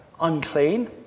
unclean